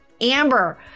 Amber